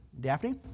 Daphne